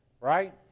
right